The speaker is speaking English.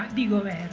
di coma